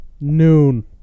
Noon